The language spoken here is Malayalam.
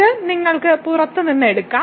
ഇത് നിങ്ങൾക്ക് പുറത്ത് നിന്ന് എടുക്കാം